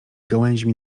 gałęźmi